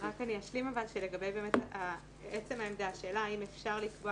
רק אני אשלים שלגבי העמדה על השאלה אם אפשר לקבוע